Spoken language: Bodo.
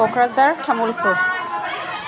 क'क्राझार तामुलपुर